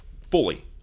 fully